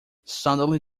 suddenly